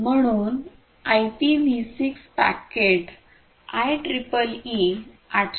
म्हणून IPv 6 packet आयट्रिपलई 802